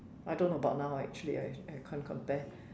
I don't know about now actually I I can't compare